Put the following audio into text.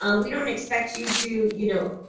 ah we don't expect you to, you know,